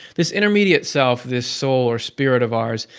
this intermediate self, this soul or spirit of ours,